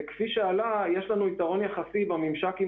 כפי שעלה יש לנו יתרון יחסי בממשק עם